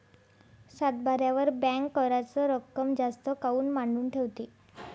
सातबाऱ्यावर बँक कराच रक्कम जास्त काऊन मांडून ठेवते?